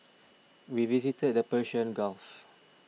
we visited the Persian Gulf